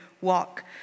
walk